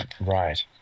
Right